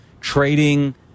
trading